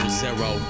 zero